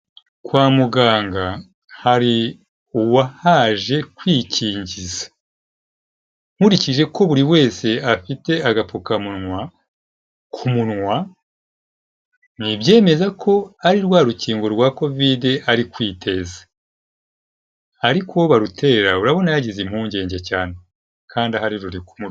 Kwa muganga hari uwahaje kwikingiza, nkurikije ko buri wese afite agapfukamunwa ku munwa, ni ibyemeza ko ari rwa rukingo rwa Kovide ari kwiteza ariko uwo barutera urabona yagize impungenge cyane kandi ahari ruri kumurya.